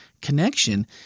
connection